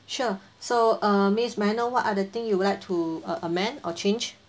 sure so uh miss may I know what are the thing you would like to uh amend or change